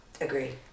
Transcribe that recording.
Agreed